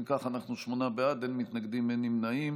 אם כך, אנחנו שמונה בעד, אין מתנגדים, אין נמנעים.